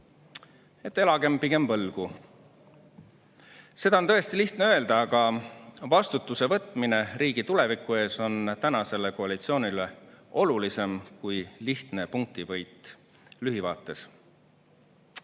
et elagem pigem võlgu. Seda oleks tõesti lihtne öelda, aga vastutuse võtmine riigi tuleviku ees on tänasele koalitsioonile olulisem kui lihtne punktivõit lühivaates. Eesti